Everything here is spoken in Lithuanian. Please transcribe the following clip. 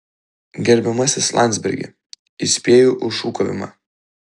gerbiamasis landsbergi įspėju už šūkavimą